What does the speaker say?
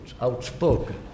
outspoken